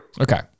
Okay